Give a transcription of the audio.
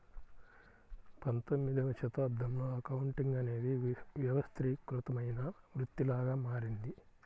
పంతొమ్మిదవ శతాబ్దంలో అకౌంటింగ్ అనేది వ్యవస్థీకృతమైన వృత్తిలాగా మారింది